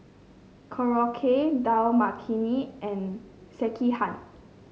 Korokke Dal Makhani and Sekihan